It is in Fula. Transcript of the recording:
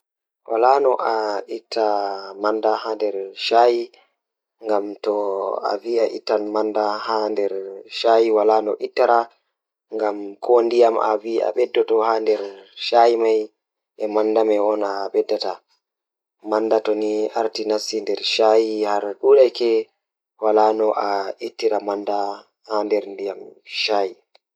Ɗo ɗum waɗata waɗude tuugde hannde e ɗe njamaaji njidde e waɗude haɓɓude nguurndam. Njamaaji ɗiɗi ɗum njamaaji faggude nde rewti sabu rewɓe njiddaade hoore. Ɗiɗo rewɓe ngal njiddaade njamaaji ngal ngal.